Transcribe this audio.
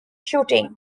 shooting